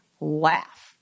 laugh